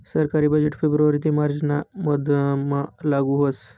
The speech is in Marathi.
सरकारी बजेट फेब्रुवारी ते मार्च ना मधमा लागू व्हस